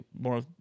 more